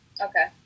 Okay